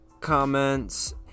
comments